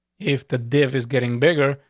if the diff is getting bigger,